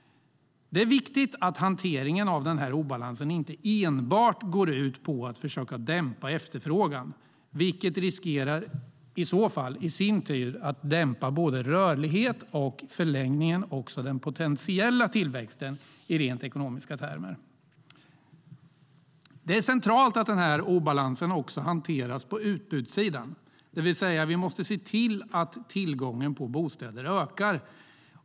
Det är viktigt att hanteringen av denna obalans inte enbart går ut på att försöka dämpa efterfrågan - något som i så fall riskerar att dämpa rörligheten och i förlängningen också den potentiella tillväxten i rent ekonomiska termer. Det är centralt att denna obalans också hanteras på utbudssidan, det vill säga måste vi se till att tillgången på bostäder ökar.